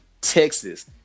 Texas